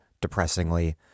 depressingly